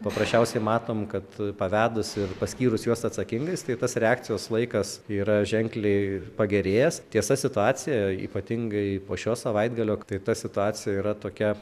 paprasčiausiai matom kad pavedusi paskyrus juos atsakingais tai tas reakcijos laikas yra ženkliai pagerėjęs tiesa situacija ypatingai po šio savaitgalio tai ta situacija yra tokia